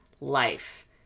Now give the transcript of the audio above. life